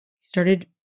started